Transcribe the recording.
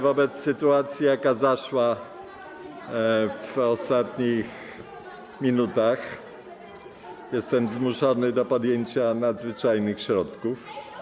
Wobec sytuacji, jaka zaszła w ostatnich minutach, jestem zmuszony do podjęcia nadzwyczajnych środków.